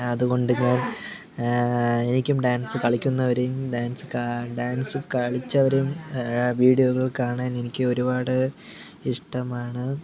അതുകൊണ്ട് ഞാന് എനിക്കും ഡാന്സ് കളിക്കുന്നവരെയും ഡാന്സ് ഡാന്സ് കളിച്ചവരെയും വീഡിയോകള് കാണാന് എനിക്ക് ഒരുപാട് ഇഷ്ടമാണ്